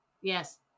Yes